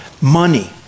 money